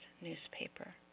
newspaper